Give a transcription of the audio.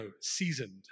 seasoned